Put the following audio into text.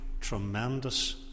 tremendous